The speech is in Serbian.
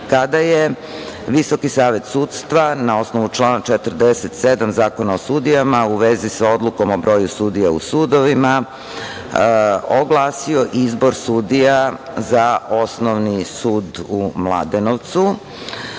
kada je VSS na osnovu člana 47.na osnovu člana 47. Zakona o sudijama u vezi sa Odlukom o broju sudija u sudovima oglasio izbor sudija za Osnovni sud u Mladenovcu. Takođe,